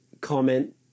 comment